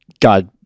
God